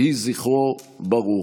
יהי זכרו ברוך.